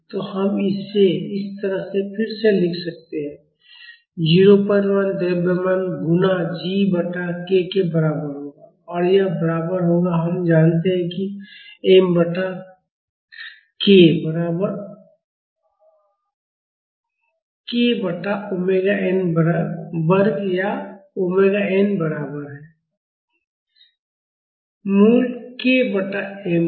तो हम इसे इस तरह से फिर से लिख सकते हैं 01 द्रव्यमान गुणा g बटा k के बराबर होगा और यह बराबर होगा हम जानते हैं कि m बटा k बराबर 1 बटा ओमेगा n वर्ग या ओमेगा n बराबर है मूल k बटा m का